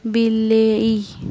ବିଲେଇ